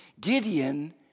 Gideon